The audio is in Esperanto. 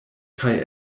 kaj